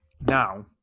now